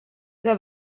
que